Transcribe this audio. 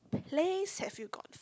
place have you gone for